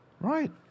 Right